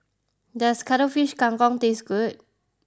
does Cuttlefish Kang Kong taste good